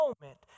moment